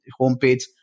homepage